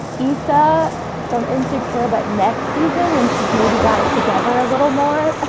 issa from insecure but next season when she's maybe got it together a little more.